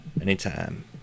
Anytime